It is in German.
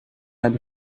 dein